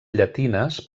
llatines